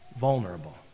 vulnerable